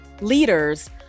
leaders